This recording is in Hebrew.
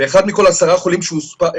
ואחד מכל עשרה חולים שאושפזו,